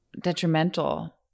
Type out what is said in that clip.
detrimental